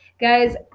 Guys